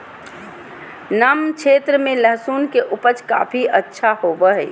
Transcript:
नम क्षेत्र में लहसुन के उपज काफी अच्छा होबो हइ